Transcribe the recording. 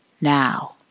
Now